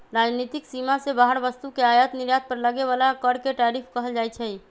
राजनीतिक सीमा से बाहर वस्तु के आयात निर्यात पर लगे बला कर के टैरिफ कहल जाइ छइ